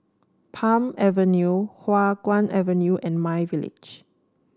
Palm Avenue Hua Guan Avenue and myVillage